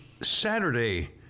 Saturday